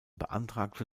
beantragte